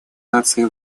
наций